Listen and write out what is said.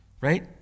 right